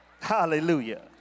Hallelujah